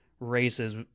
races